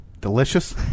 Delicious